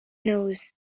nose